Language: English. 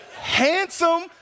handsome